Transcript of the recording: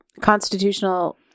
constitutional